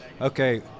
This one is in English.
okay